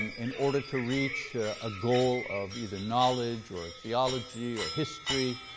um in order to reach a goal of either knowledge or theology or history,